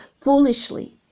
foolishly